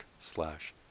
slash